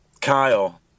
Kyle